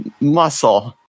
muscle